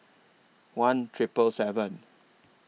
one Triple seven